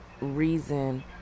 reason